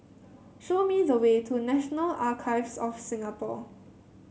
show me the way to National Archives of Singapore